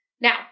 now